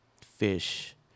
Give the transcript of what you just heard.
fish